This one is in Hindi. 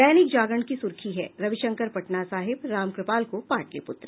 दैनिक जागरण की सुर्खी है रविशंकर पटना साहिब रामकृपाल को पाटलिपुत्र